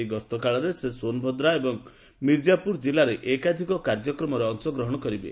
ଏହି ଗସ୍ତ କାଳରେ ସେ ସୋନଭଦ୍ରା ଏବଂ ମୀର୍ଜାପୁର କିଲ୍ଲାରେ ଏକାଧିକ କାର୍ଯ୍ୟକ୍ରମରେ ଅଂଶଗ୍ରହଣ କରିବେ